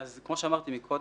כמו שאמרתי קודם,